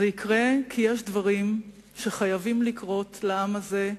זה יקרה, כי יש דברים שחייבים לקרות לעם הזה,